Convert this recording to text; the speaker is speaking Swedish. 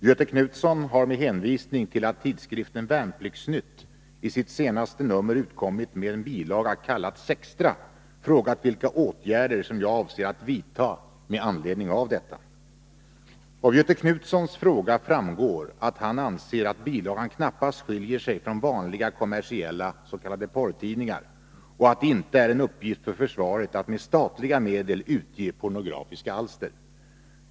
Herr talman! Göthe Knutson har med hänvisning till att tidskriften Värnplikts-Nytt i sitt senaste nummer utkommit med en bilaga kallad ”SEXTRA” frågat vilka åtgärder jag avser att vidta med anledning av detta. Av Göthe Knutsons fråga framgår att han anser att bilagan knappast skiljer sig från vanliga kommersiella s.k. porrtidningar och att det inte är en uppgift för försvaret att med statliga medel utge pornografiska alster.